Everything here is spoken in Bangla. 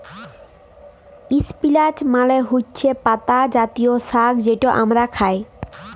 ইস্পিলাচ মালে হছে পাতা জাতীয় সাগ্ যেট আমরা খাই